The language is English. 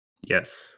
Yes